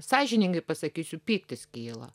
sąžiningai pasakysiu pyktis kyla